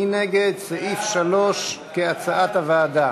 מי נגד סעיף 3 כהצעת הוועדה?